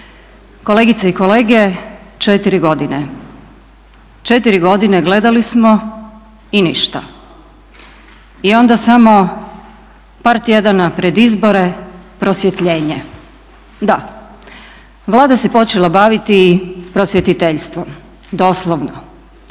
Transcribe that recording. Kolegice i kolege, 4 godine, 4 godine gledali smo i ništa. I onda samo par tjedana pred izbore prosvjetljenje. Da, Vlada se počela baviti prosvjetiteljstvom, doslovno.